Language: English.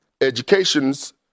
Education's